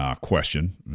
question